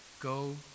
Go